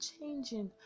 changing